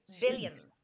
billions